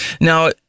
now